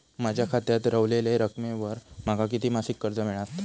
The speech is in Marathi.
माझ्या खात्यात रव्हलेल्या रकमेवर माका किती मासिक कर्ज मिळात?